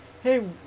Hey